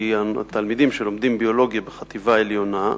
כי התלמידים שלומדים ביולוגיה בחטיבה העליונה,